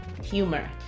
humor